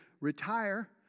retire